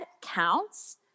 counts